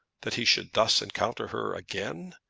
that he should thus encounter her again,